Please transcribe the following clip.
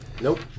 Nope